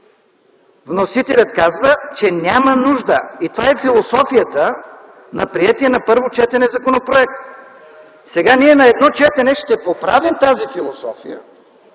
Вносителят казва, че няма нужда и това е философията на приетия на първо четене законопроект! Сега ние на едно четене ще поправим тази философия,